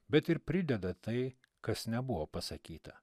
bet ir prideda tai kas nebuvo pasakyta